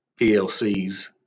PLCs